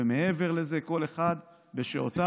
מעבר לזה, כל אחד בשעותיו.